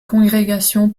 congrégation